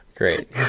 Great